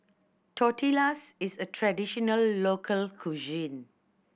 tortillas is a traditional local cuisine